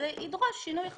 זה ידרוש שינוי חקיקה.